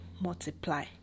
multiply